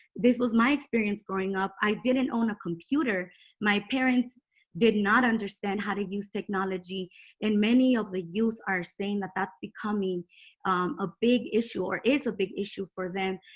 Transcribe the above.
this was my experience growing up. i didn't own a computer my parents did not understand how to use technology and many of the youth are saying that that's becoming a big issue or is a big issue for them.